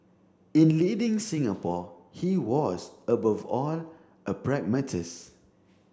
in leading Singapore he was above all a pragmatist